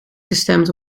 gestemd